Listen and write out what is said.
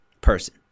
person